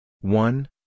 one